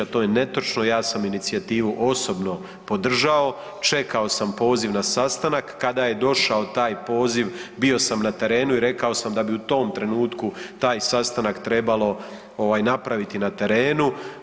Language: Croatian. To je netočno, ja sam inicijativu osobno podržao, čekao sam poziv na sastanak, kada je došao taj poziv bio sam na terenu i rekao sam da bi u tom trenutku taj sastanak trebalo ovaj napraviti na terenu.